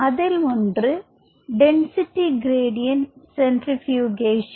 அதில் ஒன்று density gradient சென்ட்ரிபியூகேஷன்